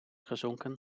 gezonken